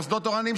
במוסדות תורניים,